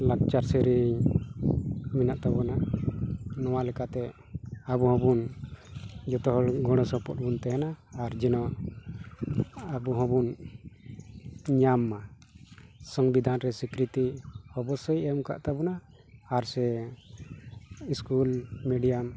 ᱞᱟᱠᱪᱟᱨ ᱥᱮᱨᱮᱧ ᱢᱮᱱᱟᱜ ᱛᱟᱵᱚᱱᱟ ᱱᱚᱣᱟ ᱞᱮᱠᱟᱛᱮ ᱟᱵᱚ ᱦᱚᱸᱵᱚᱱ ᱡᱚᱛᱚ ᱦᱚᱲ ᱜᱚᱲᱚ ᱥᱚᱯᱚᱦᱚᱫ ᱵᱚᱱ ᱛᱟᱦᱮᱱᱟ ᱟᱨ ᱡᱮᱱᱚ ᱟᱵᱚ ᱦᱚᱸᱵᱚᱱ ᱧᱟᱢ ᱢᱟ ᱥᱚᱝᱵᱤᱫᱷᱟᱱ ᱨᱮ ᱥᱤᱠᱨᱤᱛᱤ ᱚᱵᱚᱥᱥᱳᱭ ᱮᱢ ᱟᱠᱟᱫ ᱛᱟᱵᱚᱱᱟ ᱟᱨ ᱥᱮ ᱤᱥᱠᱩᱞ ᱢᱤᱰᱤᱭᱟᱢ